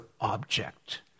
Object